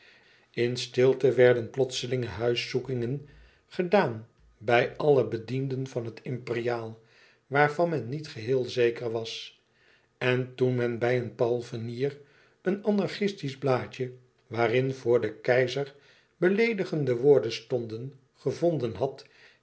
in stilte werden plotselinge huiszoekingen gedaan bij alle bedienden van het imperiaal waarvan men niet geheel zeker was en toen men bij een palfrenier een anarchistisch blaadje waarin voor den keizer beleedigende woorden stonden gevonden had